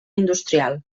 industrial